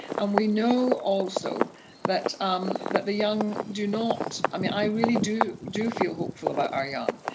and we know also that um that the young do not i mean, i really do do feel hopeful about our young,